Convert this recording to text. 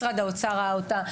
משרד האוצר ראה אותה,